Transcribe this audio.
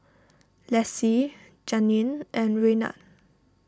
Lessie Janeen and Raynard